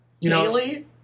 Daily